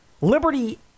Liberty